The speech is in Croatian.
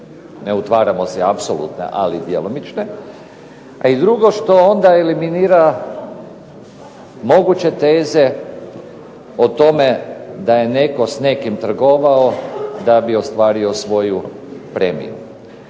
ne utvaramo si apsolutne, ali djelomične, a i drugo što onda eliminira moguće teze o tome da je netko s nekim trgovao da bi ostvario svoju premiju.